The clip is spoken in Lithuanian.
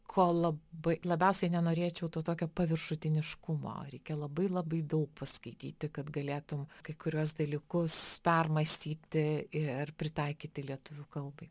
ko labai labiausiai nenorėčiau to tokio paviršutiniškumo reikia labai labai daug paskaityti kad galėtum kai kuriuos dalykus permąstyti ir pritaikyti lietuvių kalbai